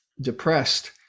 depressed